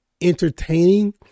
entertaining